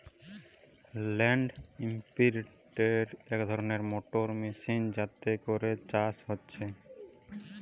land ইমপ্রিন্টের এক ধরণের মোটর মেশিন যাতে করে চাষ হচ্ছে